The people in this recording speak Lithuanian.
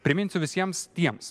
priminsiu visiems tiems